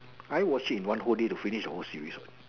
I watch it in one whole day to finish the whole Series what